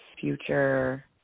future